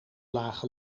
lage